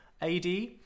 AD